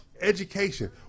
education